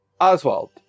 Oswald